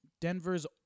Denver's